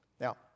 Now